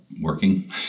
Working